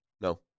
No